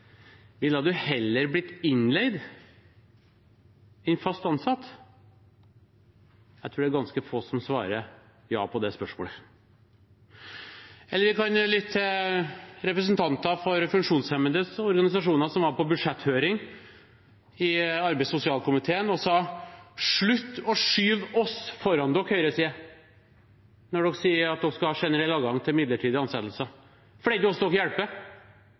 du heller blitt innleid enn fast ansatt? Jeg tror det er ganske få som svarer ja på det spørsmålet. Eller vi kan lytte til representanter for funksjonshemmedes organisasjoner som var på budsjetthøring i arbeids- og sosialkomiteen, og som sa: Slutt å skyve oss foran dere, høyresiden, når dere sier at dere skal ha adgang til midlertidige ansettelser. For